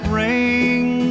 ring